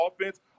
offense